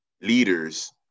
leaders